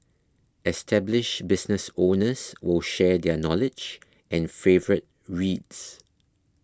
established business owners will share their knowledge and favourite reads